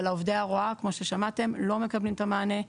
אבל עובדי ההוראה כמו ששמעתם, לא מקבלים את המענה,